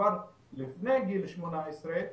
שכבר לפני גיל 18,